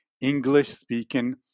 English-speaking